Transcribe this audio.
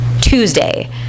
Tuesday